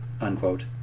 unquote